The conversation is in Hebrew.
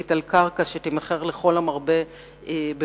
על קרקע שתימכר לכל המרבה במחיר,